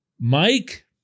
Mike